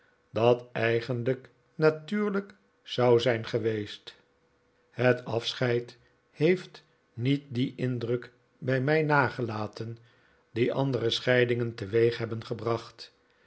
dat eigenlijk natuurlijk zou zijn geweest het afscheid heeft niet dien indruk bij mij nagelaten die andere scheidingen teweeg hebben gebracht